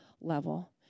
level